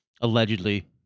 allegedly